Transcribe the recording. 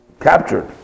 captured